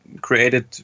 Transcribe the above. created